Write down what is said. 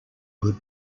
good